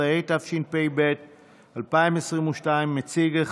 18), התשפ"ב 2022, מציג,